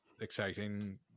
exciting